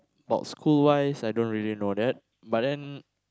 about school wise I don't really know that but then